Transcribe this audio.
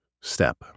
step